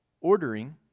ordering